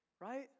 right